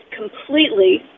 completely